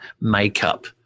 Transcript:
makeup